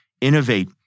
innovate